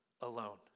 alone